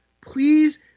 please